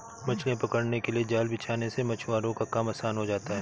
मछलियां पकड़ने के लिए जाल बिछाने से मछुआरों का काम आसान हो जाता है